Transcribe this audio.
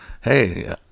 hey